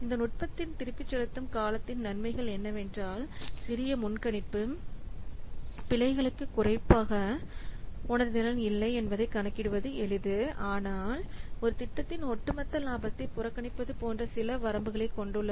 இந்த நுட்பத்தின் திருப்பிச் செலுத்தும் காலத்தின் நன்மைகள் என்னவென்றால் சிறிய முன்கணிப்பு பிழைகளுக்கு குறிப்பாக உணர்திறன் இல்லை என்பதைக் கணக்கிடுவது எளிது ஆனால் இது திட்டத்தின் ஒட்டுமொத்த லாபத்தை புறக்கணிப்பது போன்ற சில வரம்புகளை கொண்டுள்ளது